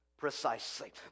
Precisely